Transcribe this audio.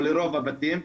או לרוב הבתים,